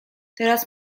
teraz